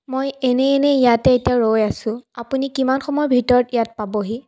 মই এনেই এনেই ইয়াতে এতিয়া ৰৈ আছো আপুনি কিমান সময়ৰ ভিতৰত ইয়াত পাবহি